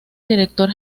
director